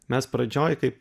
mes pradžioj kai